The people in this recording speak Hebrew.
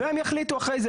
והם יחליטו אחרי זה,